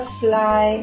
fly